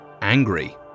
angry